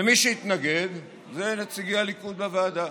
מי שהתנגד אלה נציגי הליכוד בוועדה.